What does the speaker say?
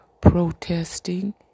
protesting